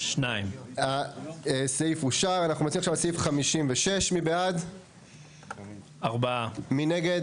הצבעה בעד 3 נגד